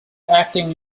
acting